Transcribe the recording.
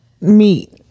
Meat